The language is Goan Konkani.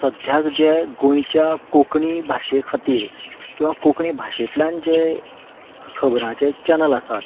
सद्याक जें गोंयच्या कोंकणी भाशे खातीर किंवा कोंकणी भाशेंतल्यान जें खबरांचे चॅनल आसात